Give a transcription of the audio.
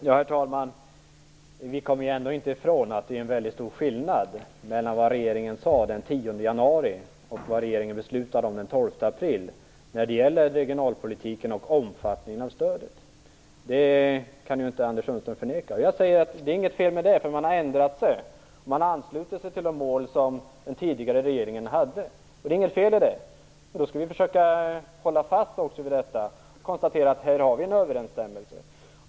Herr talman! Vi kommer ändå inte ifrån att det är en väldigt stor skillnad mellan det som man från regeringen sade den 10 januari och det som regeringen beslutade om den 12 april när det gäller regionalpolitiken och omfattningen av stödet. Det kan inte Anders Sundström förneka. Men det är inget fel med det. Man har ändrat sig och anslutit sig till de mål som den tidigare regeringen hade. Då skall vi också försöka hålla fast vid detta mål. Här har vi en överensstämmelse.